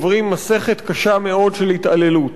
עוברים מסכת קשה מאוד של התעללות.